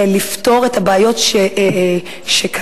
לפתור את הבעיות שקיימות.